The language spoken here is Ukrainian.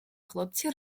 хлопці